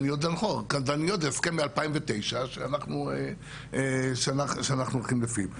קלדניות זה הסכם מ-2009 שאנחנו הולכים לפיו,